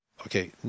Okay